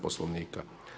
Poslovnika.